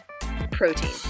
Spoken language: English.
Protein